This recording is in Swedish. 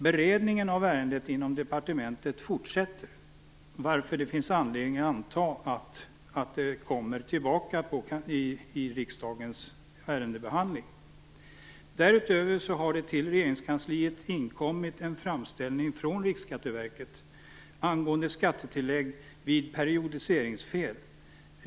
Beredningen av ärendet inom departementet fortsätter, varför det finns anledning att anta att det återkommer i riksdagens ärendebehandling. Därutöver har till regeringskansliet inkommit en framställning från Riksskatteverket angående skattetillägg vid periodiseringsfel.